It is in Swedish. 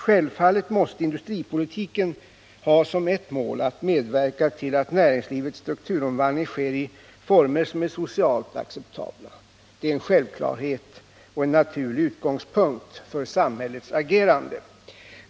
Självfallet måste industripolitiken ha som ett mål att medverka till att näringslivets strukturomvandling sker i former som är socialt acceptabla. Det är en självklarhet och en naturlig utgångspunkt för samhällets agerande.